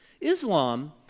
Islam